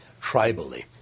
tribally